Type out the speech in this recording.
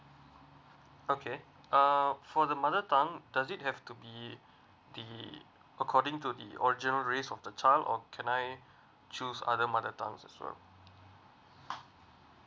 okay uh for the mother tongue does it have to be the according to the original race of the child or can I choose other mother tongue as well